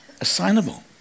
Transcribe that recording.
assignable